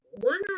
one